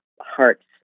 heart's